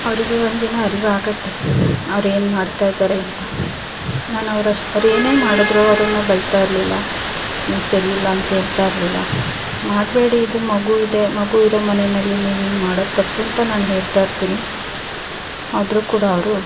ಅವರಿಗೆ ಒಂದಿನ ಅರಿವಾಗುತ್ತೆ ಅವ್ರೇನು ಮಾಡ್ತಾಯಿದ್ದಾರೆ ಅಂತ ನಾನು ಅವ್ರಷ್ಟು ಅವ್ರು ಏನೇ ಮಾಡಿದ್ರು ಅವ್ರನ್ನು ಬೈತಾ ಇರಲಿಲ್ಲ ನೀವು ಸರಿಯಿಲ್ಲ ಅಂತ ಹೇಳ್ತಾಯಿರಲಿಲ್ಲ ಮಾಡಬೇಡಿ ಇದು ಮಗು ಇದೆ ಮಗು ಇರೋ ಮನೆಯಲ್ಲಿ ನೀವು ಹಿಂಗ್ ಮಾಡೋದ್ ತಪ್ಪು ಅಂತ ನಾನು ಹೇಳ್ತಾಯಿರ್ತೀನಿ ಆದರೂ ಕೂಡ ಅವರು